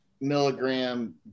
milligram